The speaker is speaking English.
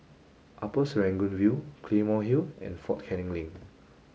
Upper Serangoon View Claymore Hill and Fort Canning Link